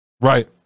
right